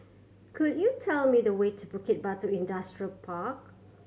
could you tell me the way to Bukit Batok Industrial Park